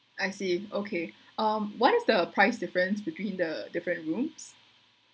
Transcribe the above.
I see okay um what is the price difference between the different rooms